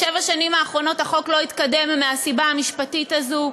בשבע השנים האחרונות החוק לא התקדם מהסיבה המשפטית הזאת.